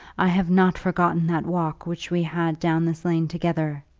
i have not forgotten that walk which we had down this lane together.